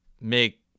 make